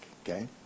okay